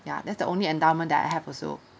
ya that's the only endowment that I have also